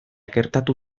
gertatu